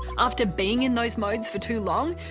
after being in those modes for too long,